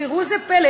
ראו זה פלא,